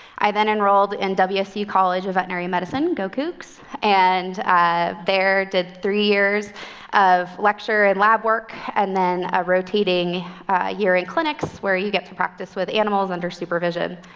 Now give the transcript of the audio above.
i then enrolled in wsu college of veterinary medicine go cougs and there did three years of lecture and lab work and then a rotating year in clinics, where you get to practice with animals, under supervision.